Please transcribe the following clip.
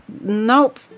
Nope